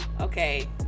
okay